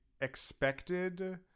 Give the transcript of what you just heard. expected